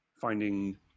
finding